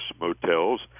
motels